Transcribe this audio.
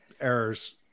errors